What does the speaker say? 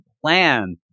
plan